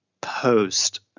post